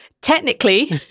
Technically